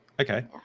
okay